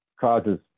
causes